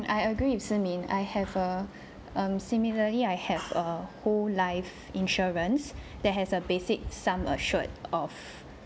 I agree with si min I have a um similarly I have a whole life insurance that has a basic sum assured of